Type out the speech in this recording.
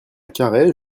carhaix